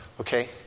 okay